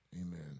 Amen